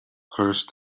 curse